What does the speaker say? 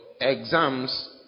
exams